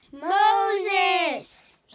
Moses